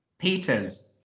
Peters